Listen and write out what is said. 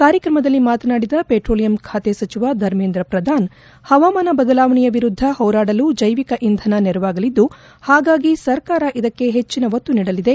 ಕಾರ್ಯಕ್ರಮದಲ್ಲಿ ಮಾತನಾಡಿದ ಪೆಟ್ರೋಲಿಯಂ ಪ್ರಾತೆ ಸಚಿವ ಧರ್ಮೇಂದ್ರ ಪ್ರಧಾನ್ ಹವಾಮಾನ ಬದಲಾವಣೆಯ ವಿರುದ್ಧ ಹೋರಾಡಲು ಜೈವಿಕ ಇಂಧನ ನೆರವಾಗಲಿದ್ದು ಹಾಗಾಗಿ ಸರ್ಕಾರ ಇದಕ್ಕೆ ಹೆಚ್ಚಿನ ಒತ್ತು ನೀಡಲಿದೆ